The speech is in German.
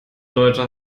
leute